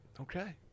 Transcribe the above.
Okay